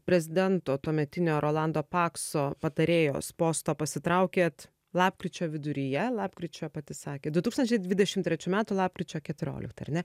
prezidento tuometinio rolando pakso patarėjos posto pasitraukėt lapkričio viduryje lapkričio pati sakėt du tūkstančiai dvidešim trečių lapkričio keturioliktą ar ne